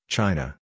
China